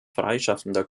freischaffender